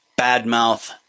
badmouth